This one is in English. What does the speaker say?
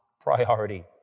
priority